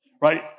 Right